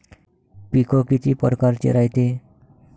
पिकं किती परकारचे रायते?